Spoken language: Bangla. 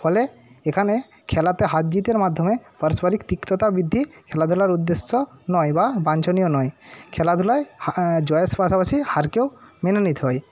ফলে এখানে খেলাতে হার জিতের মাধ্যমে পারস্পারিক তিক্ততা বৃদ্ধি খেলাধুলার উদ্দেশ্য নয় বা বাঞ্ছনীয় নয় খেলাধুলায় জয়ের পাশাপাশি হারকেও মেনে নিতে হয়